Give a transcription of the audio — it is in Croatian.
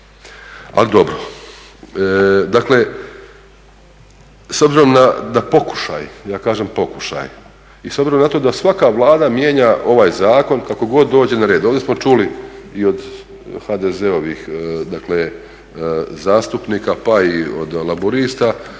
Ali dobro. Dakle, s obzirom da pokušaj, ja kažem pokušaj, i s obzirom na to da svaka Vlada mijenja ovaj zakon kako god dođe na red. Ovdje smo čuli i od HDZ-ovih zastupnika pa i od Laburista